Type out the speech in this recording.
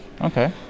okay